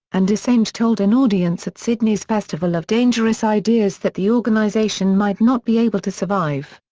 and assange told an audience at sydney's festival of dangerous ideas that the organisation might not be able to survive.